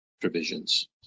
provisions